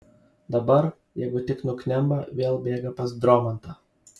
dabar jeigu tik nuknemba vėl bėga pas dromantą